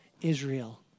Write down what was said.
Israel